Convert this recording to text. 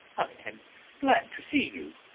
am glad to see you.